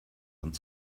uns